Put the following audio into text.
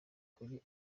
kuri